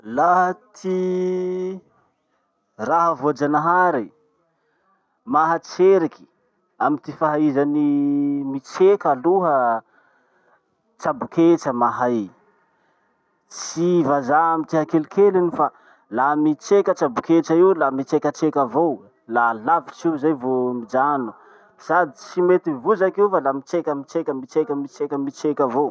Laha ty raha voajanahary mahatseriky amy ty fahaizany mitreka aloha, traboketra mahay. Tsy vazà amy ty hakelikeliny fa la mitreka traboketra io la mitrekatreka avao. La lavitry io zay vo mijano. Sady tsy mety vozaky io fa mitreka mitreka mitreka mitreka mitreka avao.